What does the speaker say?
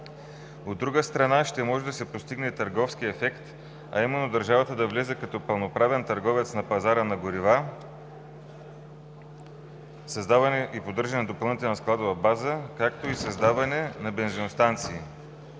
От друга страна, ще може да се постигне търговският ефект, а именно държавата да влезе като пълноправен търговец на пазара на горива, на създаване и поддържане на допълнителна складова база, както и създаване на бензиностанции.